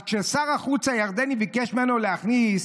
אז כששר החוץ הירדני ביקש ממנו להכניס